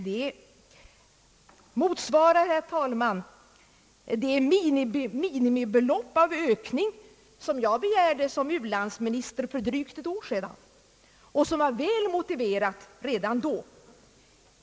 Det motsvarar, herr talman, det minimibelopp i ökning som jag begärde som u-landsminister för drygt ett år sedan och som var väl motiverat redan då.